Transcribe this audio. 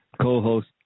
co-host